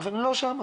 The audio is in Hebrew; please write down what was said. אנחנו לא שם.